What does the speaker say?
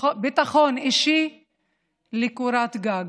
ביטחון אישי וקורת גג.